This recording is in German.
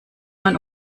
man